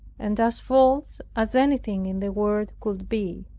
and as false as anything in the world could be.